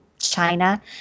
China